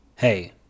Hey